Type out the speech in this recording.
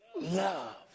love